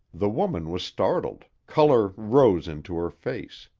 the woman was startled, color rose into her face.